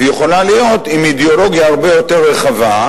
והיא יכולה להיות עם אידיאולוגיה הרבה יותר רחבה,